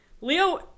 Leo